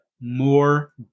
more